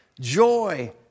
joy